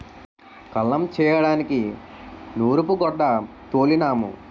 కల్లం చేయడానికి నూరూపుగొడ్డ తోలినాము